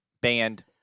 band